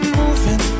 moving